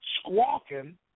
squawking